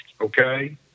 okay